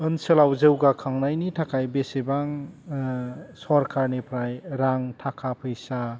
ओनसोलाव जौगाखांनायनि थाखाय बेसेबां सरकारनिफ्राय रां थाका फैसा